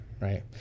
right